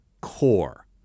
core